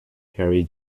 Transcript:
harry